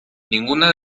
ninguna